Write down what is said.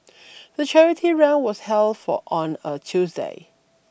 the charity run was held on a Tuesday